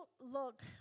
look